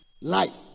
Life